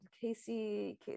Casey